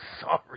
sorry